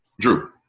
Drew